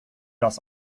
das